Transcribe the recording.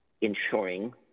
ensuring